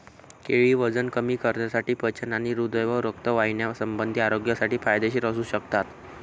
केळी वजन कमी करण्यासाठी, पचन आणि हृदय व रक्तवाहिन्यासंबंधी आरोग्यासाठी फायदेशीर असू शकतात